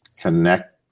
connect